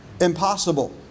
impossible